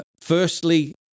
firstly